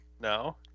No